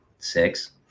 Six